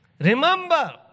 remember